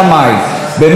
באמת כל הכבוד.